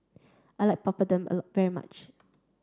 I like Papadum very much